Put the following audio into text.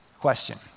question